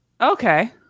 Okay